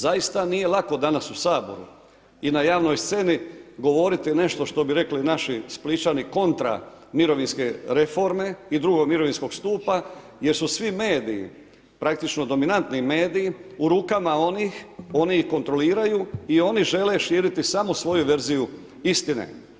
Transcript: Zaista nije lako danas u Saboru i na javnoj sceni govoriti nešto što bi rekli naši splićani kontra mirovinske reforme i drugog mirovinskog stupa jer su svi mediji praktično dominantni mediji u rukama onih, oni ih kontroliraju i oni žele širiti samo svoju verziju istine.